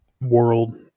world